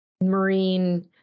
Marine